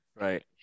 Right